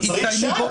אבל צריך שעה,